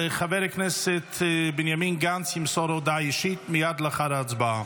וחבר הכנסת בנימין גנץ ימסור הודעה אישית מייד לאחר ההצבעה.